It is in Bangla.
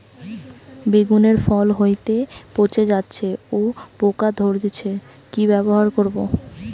বেগুনের ফল হতেই পচে যাচ্ছে ও পোকা ধরছে কি ব্যবহার করব?